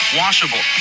washable